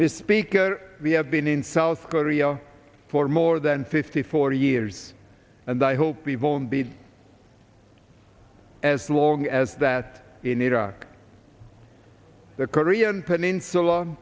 this speaker we have been in south korea for more than fifty four years and i hope we won't be as long as that in iraq the korean peninsula